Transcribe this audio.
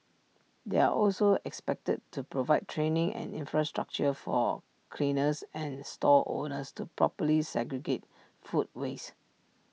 they are also expected to provide training and infrastructure for cleaners and stall holders to properly segregate food waste